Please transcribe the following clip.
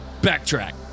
backtrack